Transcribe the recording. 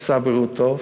שר בריאות טוב,